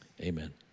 Amen